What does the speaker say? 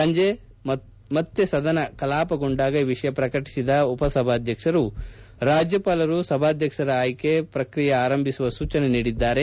ಸಂಜೆ ಮತ್ತೆ ಸದನ ಕಲಾಪಗೊಂಡಾಗ ಈ ವಿಷಯ ಪ್ರಕಟಿಸಿದ ಉಪ ಸಭಾಧ್ಯಕ್ಷರು ರಾಜ್ಯಪಾಲರು ಸಭಾಧ್ಯಕ್ಷರ ಆಯ್ಕೆ ತಕ್ಕಂಕೆ ಆರಂಭಿಸುವ ಸೂಚನೆ ನೀಡಿದ್ದಾರೆ